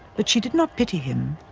but she did not pity him.